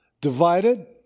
Divided